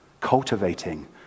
Cultivating